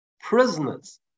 prisoners